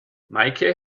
meike